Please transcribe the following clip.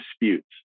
disputes